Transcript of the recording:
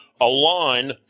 align